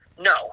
No